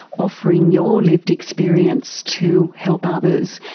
offering your lived experience to help others.